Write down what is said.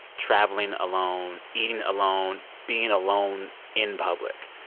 traveling alone, eating alone, being alone in public.